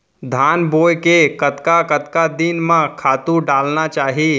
धान बोए के कतका कतका दिन म खातू डालना चाही?